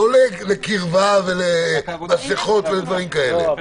לא לקרבה ולמסכות ולדברים כאלה.